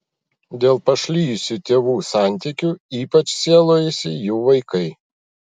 dėl pašlijusių tėvų santykių ypač sielojosi jų vaikai